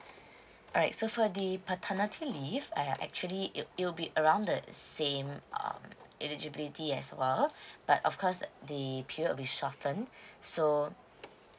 alright so for the paternity leave err actually it it will be around the same um eligibility as well but of course the period will be shortened so